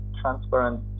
transparent